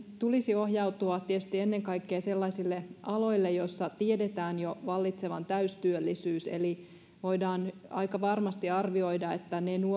tulisi ohjautua tietysti ennen kaikkea sellaisille aloille joilla tiedetään jo vallitsevan täystyöllisyys eli voidaan aika varmasti arvioida että ne